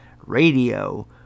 Radio